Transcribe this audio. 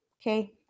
Okay